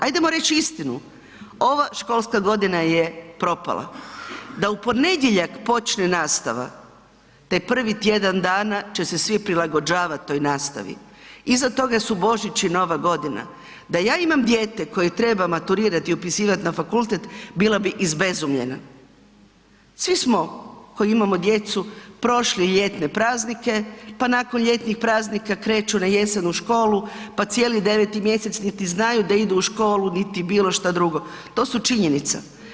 Ajdemo reći istinu, ova školska godina je propala, da u ponedjeljak počne nastava, taj prvi tjedan dana će se svi prilagođavat toj nastavi, iza tog su Božić i Nova Godina, da ja imam dijete koje treba maturirat i upisivat na fakultet bila bi izbezumljena, svi smo koji imamo djecu prošli ljetne praznike, pa nakon ljetnih praznika kreću na jesen u školu, pa cijeli 9. mjesec niti znaju da idu u školu, niti bilo šta drugo, to su činjenica.